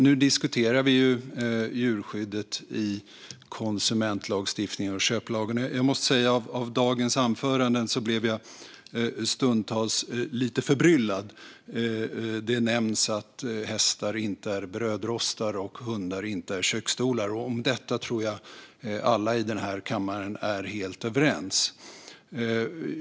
Nu diskuterar vi ju djurskyddet i konsumentlagstiftningen och köplagen. Jag måste säga att jag stundtals blir lite förbryllad av dagens anföranden. Det nämns att hästar inte är brödrostar och att hundar inte är köksstolar, och om detta tror jag att alla i den här kammaren är helt överens.